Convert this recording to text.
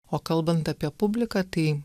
o kalbant apie publiką tai